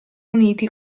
uniti